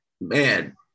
Man